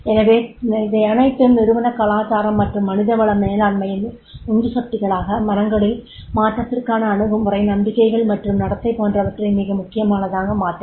எனவே இவையனைத்தும் நிறுவனக் கலாச்சாரம் மற்றும் மனித வள மேலான்மையின் உந்துசக்திகளாக மனங்களினல் மாற்றத்திற்கான அணுகுமுறை நம்பிக்கைகள் மற்றும் நடத்தை போன்றவற்றை மிக முக்கியமானதாக மாற்றும்